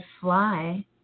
fly